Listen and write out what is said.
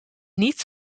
niet